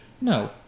No